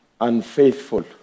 unfaithful